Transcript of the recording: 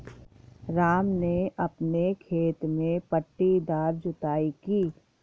राम ने अपने खेत में पट्टीदार जुताई की